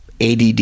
ADD